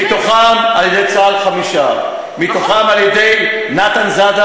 עוד הפעם: המספרים שאמרת,